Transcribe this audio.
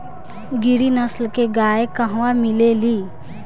गिरी नस्ल के गाय कहवा मिले लि?